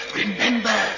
remember